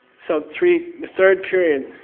so three. the third period,